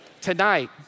Tonight